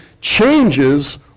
changes